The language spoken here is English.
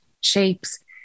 shapes